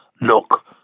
look